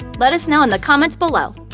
let us know in the comments below!